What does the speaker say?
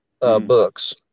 books